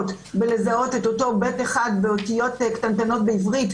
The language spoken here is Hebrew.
בזיהוי אותו ב1 באותיות קטנטנות בעברית,